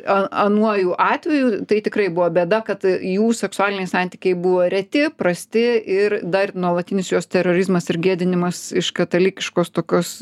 a anuoju atveju tai tikrai buvo bėda kad jų seksualiniai santykiai buvo reti prasti ir dar nuolatinis jos terorizmas ir gėdinimas iš katalikiškos tokios